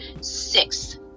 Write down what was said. six